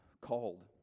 called